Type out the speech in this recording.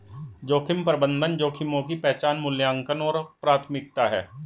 जोखिम प्रबंधन जोखिमों की पहचान मूल्यांकन और प्राथमिकता है